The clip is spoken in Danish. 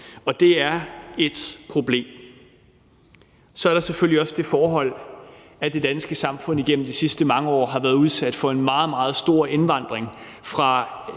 og det er et problem. Så er der selvfølgelig også det forhold, at det danske samfund igennem de sidste mange år har været udsat for en meget, meget stor indvandring fra